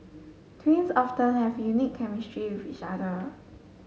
twins often have unique chemistry with each other